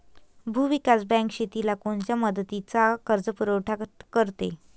भूविकास बँक शेतीला कोनच्या मुदतीचा कर्जपुरवठा करते?